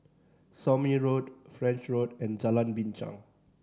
Somme Road French Road and Jalan Binchang